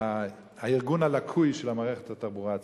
והארגון הלקוי של מערכת התחבורה הציבורית.